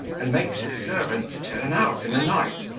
and makes his servants turn out in the night,